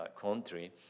country